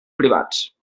privats